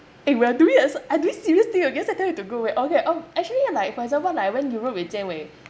eh we are doing a se~ I doing serious thing okay so I tell you to go away okay oh actually like for example I went Europe with jian wei